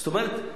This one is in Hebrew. זאת אומרת,